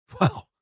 Wow